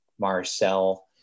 marcel